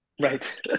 Right